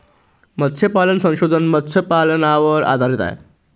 मत्स्यपालन संशोधन मत्स्यपालनावर आधारित आहे